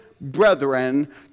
brethren